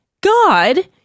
God